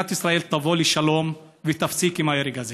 שמדינת ישראל תבוא לשלום ותפסיק עם ההרג הזה.